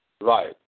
Right